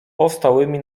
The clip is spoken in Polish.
powstałymi